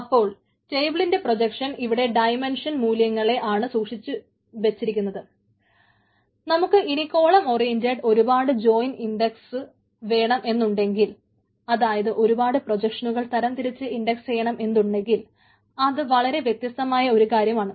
അപ്പോൾ ടേബിളിൻറെ പ്രൊജക്ഷൻ വേണം എന്നുണ്ടെങ്കിൽ അതായത് ഒരുപാട് പ്രൊജക്ഷനുകൾ തരംതിരിച്ച് ഇൻഡക്സ്സ് ചെയ്യണം എന്നുണ്ടെങ്കിൽ അത് വളരെ വ്യത്യസ്തമായ ഒരു കാര്യമാണ്